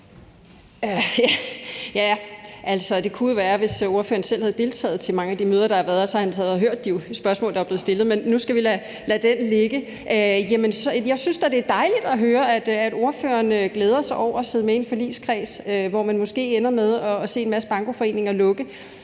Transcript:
(DF): Det kunne jo være, at hvis ordføreren selv havde deltaget i mange af de møder, der havde været, havde han hørt de spørgsmål, der var blevet stillet, men nu skal vi lade den ligge. Jeg synes da, det er dejligt at høre, at ordføreren glæder sig over at sidde med i en forligskreds, hvor man måske ender med at se en masse bankoforeninger lukke,